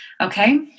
Okay